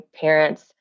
parents